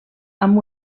amb